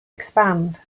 expand